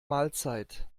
mahlzeit